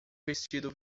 vestido